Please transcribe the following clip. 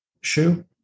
Shoe